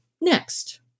next